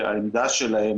שלהם,